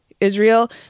israel